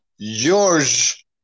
George